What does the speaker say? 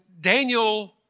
Daniel